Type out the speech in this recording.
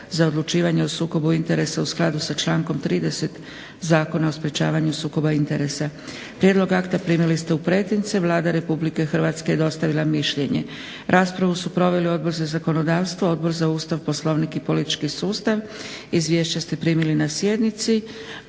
za odlučivanje o sukobu interesa u skladu sa člankom 30. Zakona o sprečavanju sukoba interesa. Prijedlog akta primili ste u pretince. Vlada Republike Hrvatske je dostavila mišljenje. Raspravu su proveli Odbor za zakonodavstvo, Odbor za Ustav, Poslovnik i politički sustav. Izvješća ste primili na sjednici.